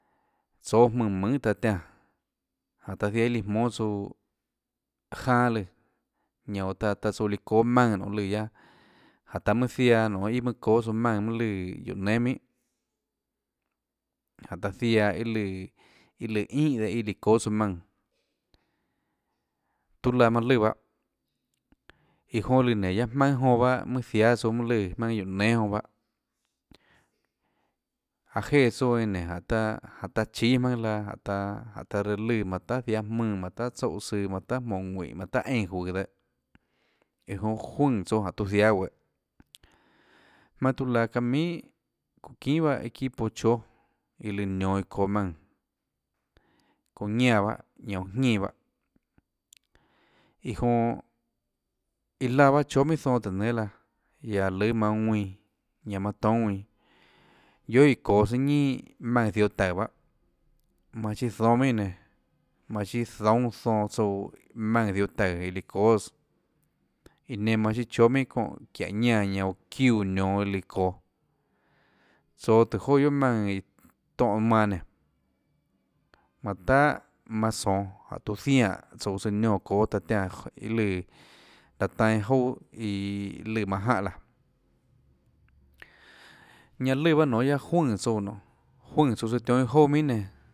Tsóâ jmùnã mønhà taã tiánã jáhå taã ziaã líã jmónâ tsouã janâ lùã ñanã ta ã taã tsouã líã çóâ maùnã nonê lùã guiaâ jáhå taã mønâ ziaã iâ nonê iâ mønâ çoâ tsouã maùnã lùã guióå nénâ minhà jáhå taã ziaã iâ lùã iâ lùã ínhà dehâ iâ líã çóâ tsouã maùnã tuâ laã manã løã bahâ iã jonã lùã nénå guiaâ jmaønâ jonã mønâ jiáâ tsouã mønâ lùã jmaønâ guióå nénã jonã bahâ aã jéã tsouã eínã nénå jánhå taã taã chíâ jmaønâ laã jánhå ta taã reã lùã manã tahà jiáâ jmùnã manã tahà tsoúhã søã manã tahà jmonå ðuínhå manã tahà eínã juøå iã jonã juønè tsouã jáhå tuã jiánâ guehå jmaønâ tiuâ laã çaâ minhà çuuã çinhà bahâ eþipo chóâ iã lùã nionå iã çonå maùnã çóhâ ñánã bahâ ñanã oå jñínã bahâ iã jonã iã laã bahâ chóâ minhà zonã tùhå nénâ laã iã aå lùã manã ðuinã ñanã manã toúnâ ðuinã guiohà iã çoå tsøâ ñinà maùnã ziohå taùå bahâ manã chiâ zónâ minhà iã nenã manã chiâ zoúnâ zonã tsouã maùnã ziohå taùå iã líã çóâs iã nenã manã siâ chóâ minhà çóhã çiáhå nánã oå çiúã nionå iã lí çoå tsoå tùhå joà guiohà maùnã iã tóhã manã nénå manã tahà manã zonå jáhå tuã zianè tsouã søã niónã çóâ taã tiánã iâ lùã láhå tanâ iâ jouà iiã lùã manã jánhã laã ñanã lùã bahâ nonê guiaâ juønè tsouã nonê juønè tsouã tionhâ iâ jouà minhà nenã.